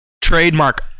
trademark